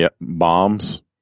bombs